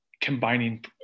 combining